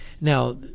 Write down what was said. now